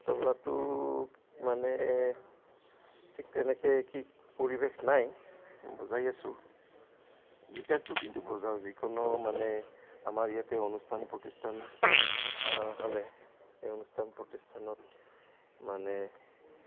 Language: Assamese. তবলাটো মানে ঠিক তেনেকে কি পৰিৱেশ নাই বজাই আছোঁ গীটাৰটো কিন্তু বজাওঁ যিকোনো মানে আমাৰ ইয়াতে অনুষ্ঠান প্ৰতিষ্ঠান হ'লে এই অনুষ্ঠান প্ৰতিষ্ঠানত মানে